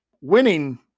winning